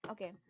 Okay